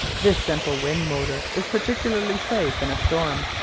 this simple wind-motor is particularly safe in a storm,